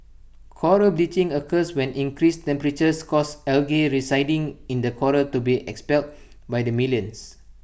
Coral bleaching occurs when increased temperatures cause algae residing in the Coral to be expelled by the millions